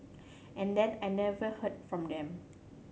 and then I never heard from them